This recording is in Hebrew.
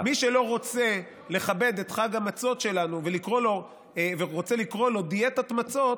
מי שלא רוצה לכבד את חג המצות שלנו ורוצה לקרוא לו דיאטת מצות,